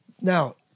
Now